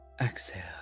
exhale